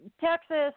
Texas